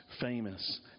famous